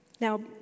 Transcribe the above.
Now